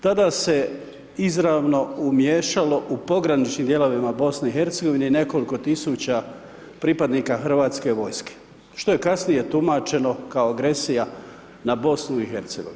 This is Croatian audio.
Tada se izravno umiješalo u pograničnim dijelovima BiH i nekoliko tisuća pripadnika HVO-a što je kasnije tumačeno kao agresija na BiH.